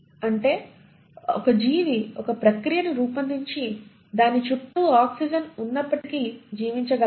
అంటే జీవి ఒక ప్రక్రియను రూపొందించి దాని చుట్టూ ఆక్సిజన్ ఉన్నప్పటికీ జీవించగలగాలి